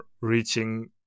reaching